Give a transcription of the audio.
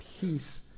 peace